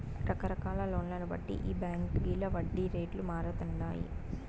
రకరకాల లోన్లను బట్టి ఈ బాంకీల వడ్డీ రేట్లు మారతండాయి